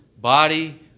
body